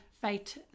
fight